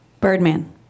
Birdman